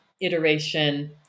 iteration